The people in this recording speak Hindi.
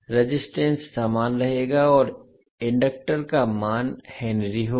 रेजिस्टेंस समान रहेगा और इंडक्टर का मान 1H होगा